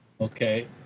Okay